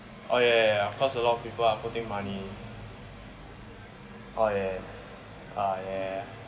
oh ya ya ya ya cause a lot of people are putting money oh yeah ah yeah